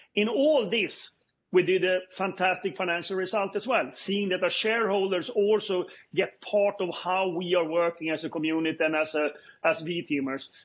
in all of this we did a fantastic financial result, as well. seeing that our shareholders also get part of how we are working as a community and as ah as v teamers.